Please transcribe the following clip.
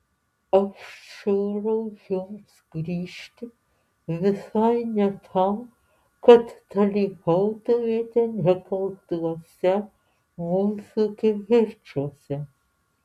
aš siūlau jums grįžti visai ne tam kad dalyvautumėte nekaltuose mūsų kivirčuose